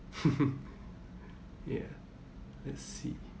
ya let's see